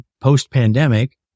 post-pandemic